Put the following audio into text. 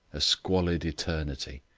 a squalid eternity,